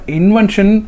invention